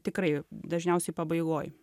tikrai dažniausiai pabaigoj